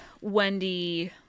Wendy